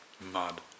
mud